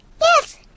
Yes